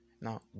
now